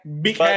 big